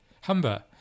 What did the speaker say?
Humber